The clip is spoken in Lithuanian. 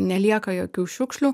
nelieka jokių šiukšlių